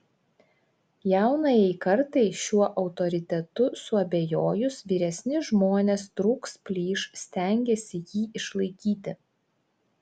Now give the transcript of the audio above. jaunajai kartai šiuo autoritetu suabejojus vyresni žmonės trūks plyš stengiasi jį išlaikyti